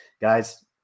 Guys